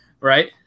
right